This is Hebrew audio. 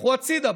לכו הצידה,